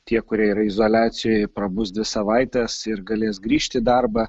tie kurie yra izoliacijoj prabus dvi savaites ir galės grįžti į darbą